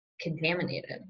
contaminated